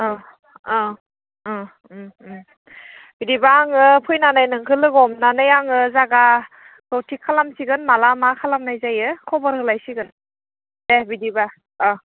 अह अह उम उम उम बिदिबा आङो फैनानै नोंखो लोगो हमनानै आङो जागा खौ थिग खालामसिगोन माला मा खालामनाय जायो खबर होलायसिगोन दे बिदिबा अह